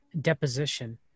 deposition